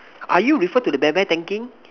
are you refer to the bear bear thanking